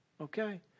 Okay